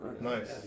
Nice